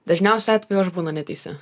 dažniausiu atveju aš būnu neteisi